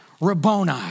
Rabboni